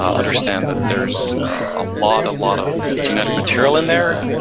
ah understand that there's a lot, a lot of genetic material in there.